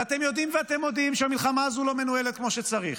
ואתם יודעים ואתם מודים שהמלחמה הזו לא מנוהלת כמו שצריך,